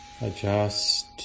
adjust